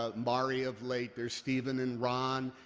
ah mari of late, there's steven and ron,